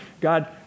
God